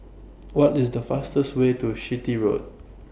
What IS The fastest Way to Chitty Road